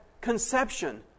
conception